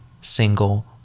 single